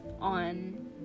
on